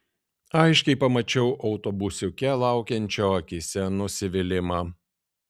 aiškiai pamačiau autobusiuke laukiančio akyse nusivylimą